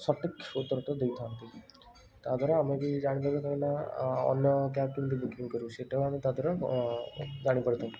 ସଠିକ ଉତ୍ତରଟା ଦେଇଥାନ୍ତି ତା'ଦ୍ୱାରା ଆମେ ବି ଜାଣିପରିବା କାହିଁକିନା ଅ ଅନ୍ୟ କ୍ୟାବ୍ କେମିତି ବୁକିଙ୍ଗ୍ କରିବୁ ସେଇଟା ଆମେ ତା' ଦେହରେ ଆମେ ଜାଣିପାରିଥାଉ